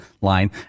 line